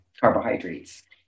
carbohydrates